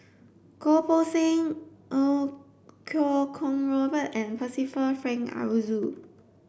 Goh Poh Seng Iau Kuo Kwong Robert and Percival Frank Aroozoo